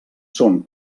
són